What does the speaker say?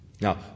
Now